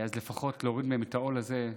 אז לפחות להוריד מהם את העול הזה,